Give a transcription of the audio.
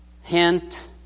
hint